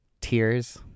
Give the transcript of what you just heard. tears